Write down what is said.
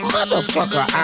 Motherfucker